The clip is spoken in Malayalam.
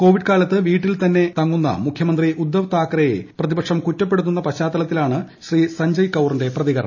കോവിഡ് കാലത്ത് വീട്ടിൽ തന്നെ തങ്ങുന്ന മുഖ്യമന്ത്രി ഉദ്ദവ് താക്കറെയെ പ്രതിപക്ഷം കുറ്റപ്പെടുത്തുന്ന പശ്ചാത്തലത്തിലാണ് ശ്രീ സഞ്ജയ് റൌത്തിന്റെ പ്രതികരണം